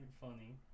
Funny